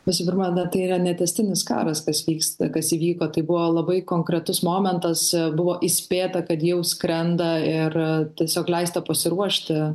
visų pirma na tai yra netęstinis karas kas vyksta kas įvyko tai buvo labai konkretus momentas buvo įspėta kad jau skrenda ir tiesiog leista pasiruošti